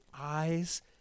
eyes